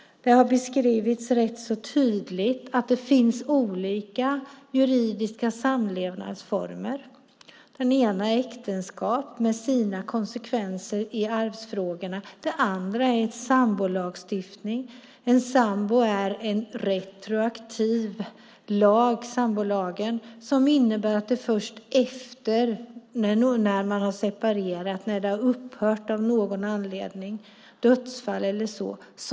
Det har ganska tydligt beskrivits att det finns olika juridiska samlevnadsformer - den ena är äktenskap, med dess konsekvenser i arvsfrågorna, och det andra är ett samboförhållande enligt sambolagstiftningen. Sambolagen är en retroaktiv lag som gör sig gällande först efter att ett förhållande har upphört, till exempel genom dödsfall.